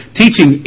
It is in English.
teaching